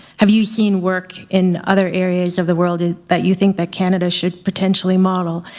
have you seen work in other areas of the world that you think that canada should potentially model?